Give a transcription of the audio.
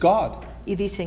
God